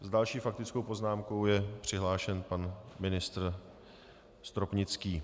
S další faktickou poznámkou je přihlášen pan ministr Stropnický.